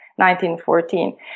1914